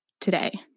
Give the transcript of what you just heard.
today